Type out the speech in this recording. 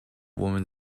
woman